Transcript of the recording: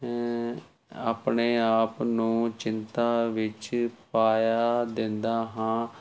ਆਪਣੇ ਆਪ ਨੂੰ ਚਿੰਤਾ ਵਿੱਚ ਪਾਇਆ ਦਿੰਦਾ ਹਾਂ